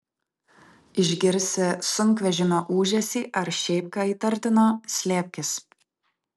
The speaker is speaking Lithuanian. išgirsi sunkvežimio ūžesį ar šiaip ką įtartino slėpkis